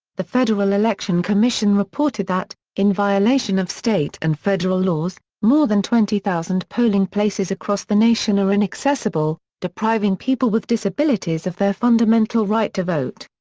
the federal election commission reported that, in violation of state and federal laws, more than twenty thousand polling places across the nation are inaccessible, depriving people with disabilities of their fundamental right to vote.